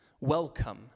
welcome